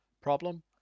problem